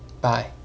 Bye